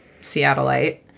seattleite